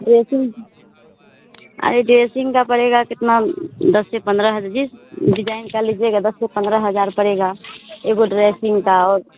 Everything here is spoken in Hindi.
ड्रेसिन्ग अरे ड्रेसिन्ग का पड़ेगा कितना दस से पन्द्रह हज़ार जिस डिज़ाइन का लीजिएगा दस से पन्द्रह हज़ार पड़ेगा एगो ड्रेसिन्ग का